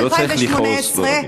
ב-2018,